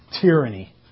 tyranny